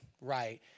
right